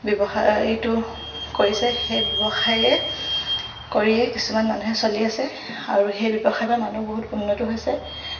ব্যৱসায়টো কৰিছে সেই ব্যৱসায়ে কৰিয়ে কিছুমান মানুহে চলি আছে আৰু সেই ব্যৱসায়ৰপৰা মানুহ বহুত উন্নতো হৈছে